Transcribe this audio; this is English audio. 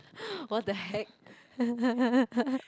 what the heck